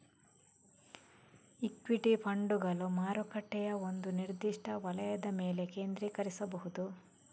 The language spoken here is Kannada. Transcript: ಇಕ್ವಿಟಿ ಫಂಡುಗಳು ಮಾರುಕಟ್ಟೆಯ ಒಂದು ನಿರ್ದಿಷ್ಟ ವಲಯದ ಮೇಲೆ ಕೇಂದ್ರೀಕರಿಸಬಹುದು